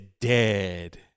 dead